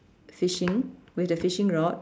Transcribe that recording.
fishing with the fishing rod